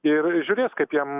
ir žiūrės kaip jam